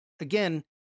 again